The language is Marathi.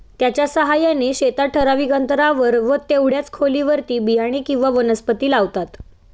त्याच्या साहाय्याने शेतात ठराविक अंतरावर व तेवढ्याच खोलीवर बियाणे किंवा वनस्पती लावतात